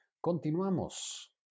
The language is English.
Continuamos